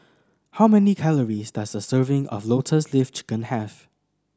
how many calories does a serving of Lotus Leaf Chicken have